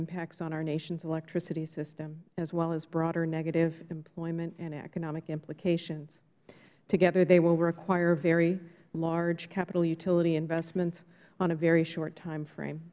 impacts on our nation's electricity system as well as broader negative employment and economic implications together they will require very large capital utility investments on a very short timeframe